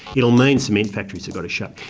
it'll mean cement factories have gotta shut,